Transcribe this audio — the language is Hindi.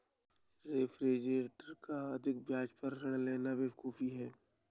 रेफरेंस रेट से अधिक ब्याज पर ऋण लेना बेवकूफी है